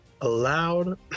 allowed